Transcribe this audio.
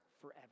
forever